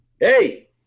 Hey